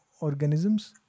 organisms